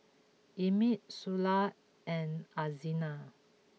Emmitt Sula and Alzina